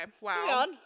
wow